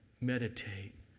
Meditate